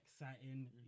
exciting